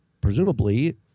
presumably